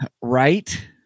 Right